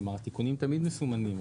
התיקונים תמיד מסומנים,